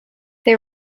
they